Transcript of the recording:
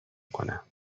کنم